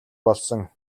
болсон